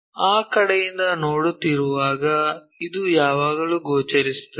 ಆ ಕಡೆಯಿಂದ ನೋಡುತ್ತಿರುವಾಗ ಇದು ಯಾವಾಗಲೂ ಗೋಚರಿಸುತ್ತದೆ